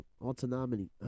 autonomy